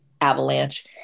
avalanche